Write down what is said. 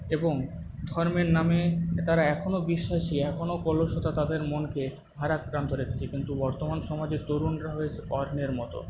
এবং ধর্মের নামে তারা এখনো বিশ্বাসী এখনো কলুষতা তাদের মনকে ভারাক্রান্ত রেখেছে কিন্তু বর্তমান সমাজের তরুণরা হয়েছে কর্ণের মতো